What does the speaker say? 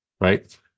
right